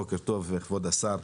בוקר טוב לכבוד השר.